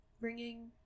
bringing